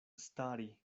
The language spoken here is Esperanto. stari